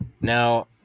Now